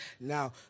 Now